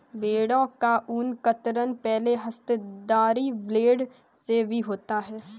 भेड़ों का ऊन कतरन पहले हस्तधारी ब्लेड से भी होता है